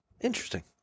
Interesting